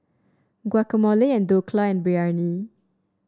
Guacamole and Dhokla Biryani